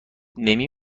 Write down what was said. نمی